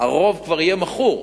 הרוב כבר יהיה מכור,